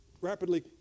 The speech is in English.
rapidly